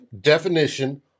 definition